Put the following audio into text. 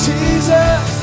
Jesus